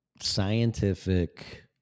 scientific